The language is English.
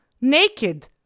naked